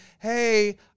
Hey